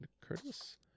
Curtis